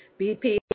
BP